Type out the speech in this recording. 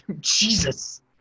Jesus